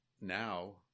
now